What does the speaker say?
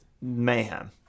mayhem